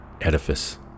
edifice